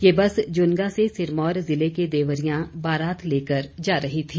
ये बस जुन्गा से सिरमौर ज़िले के देवरियां बारात लेकर जा रही थी